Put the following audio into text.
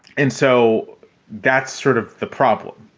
and so that's sort of the problem